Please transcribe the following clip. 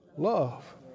love